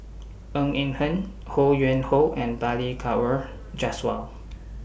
Ng Eng Hen Ho Yuen Hoe and Balli Kaur Jaswal